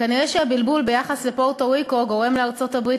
כנראה הבלבול ביחס לפוארטו-ריקו גורם לארצות-הברית